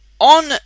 on